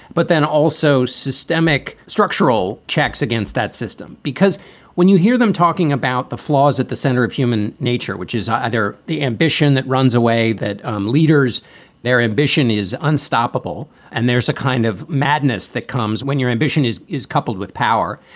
but then also systemic structural checks against that system. because when you hear them talking about the flaws at the center of human nature, which is either the ambition that runs away, that um leaders their ambition is unstoppable. and there's a kind of madness that comes when your ambition is is coupled with power.